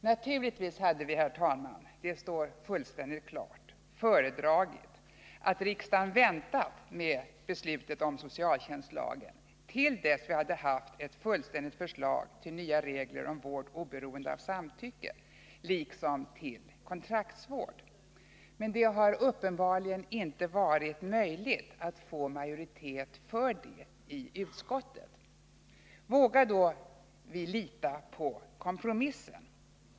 Naturligtvis hade vi, herr talman — det står fullständigt klart — föredragit att riksdagen väntat med beslutet om socialtjänstlagen till dess vi hade haft ett fullständigt förslag till nya regler om vård oberoende av samtycke, liksom till kontraktsvård. Men det har uppenbarligen inte varit möjligt att få majoritet för det i utskottet. Vågar vi då lita på kompromissen?